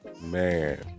man